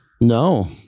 No